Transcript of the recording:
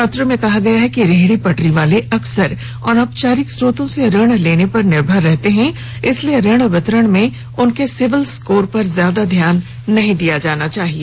पत्र में कहा गया है कि रेहडी पटरी वाले अक्सर अनौपचारिक स्रोतों से ऋण लेने पर निर्भर रहते हैं इसलिए ऋण वितरण में उनके सिविल स्कोर पर ज्यादा ध्यान नहीं दिया जाना चाहिए